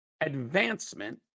advancement